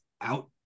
out